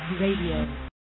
Radio